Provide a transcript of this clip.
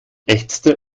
ächzte